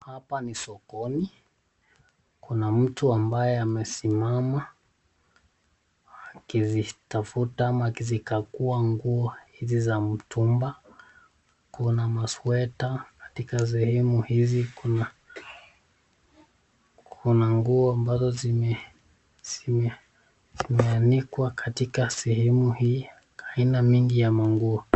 Hapa ni sokoni, kuna mtu ambaye amesimama akizitafuta ama akizikagua nguo hizi za mtumba. Kuna masweta, katika sehemu hizi kuna nguo ambazo zimeanikwa katika sehemu hii, aina mingi ya manguo.